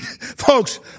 folks